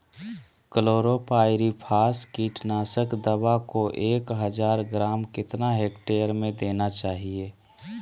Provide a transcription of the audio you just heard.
Chlorpyrifos कीटनाशक दवा को एक हज़ार ग्राम कितना हेक्टेयर में देना चाहिए?